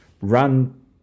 run